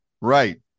Right